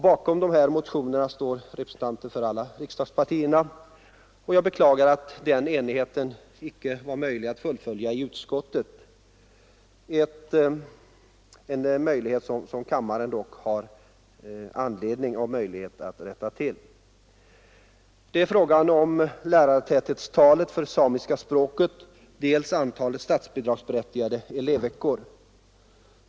Bakom motionerna står representanter för alla riksdagspartier och jag beklagar att den enigheten icke kunde fullföljas i utskottet, en sak som kammaren dock har anledning och möjlighet att rätta till. Det gäller dels lärartäthetstalet för samiska språket, dels antalet statsbidragsberättigade elevveckor.